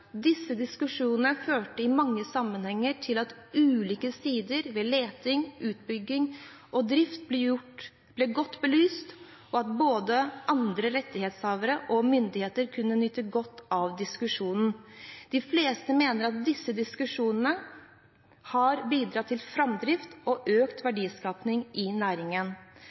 Disse diskusjonene førte i mange sammenhenger til at ulike sider ved leting, utbygging og drift ble godt belyst og at både andre rettighetshavere og myndighetene kunne nyte godt av diskusjonen. De fleste mener disse diskusjonene har bidratt til fremdrift og økt verdiskaping i næringen.»